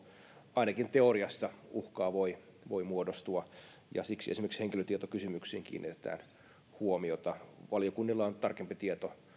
ainakin teoriassa uhkaa voi voi muodostua ja siksi esimerkiksi henkilötietokysymyksiin kiinnitetään huomiota valiokunnilla on tarkempi tieto